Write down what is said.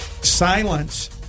Silence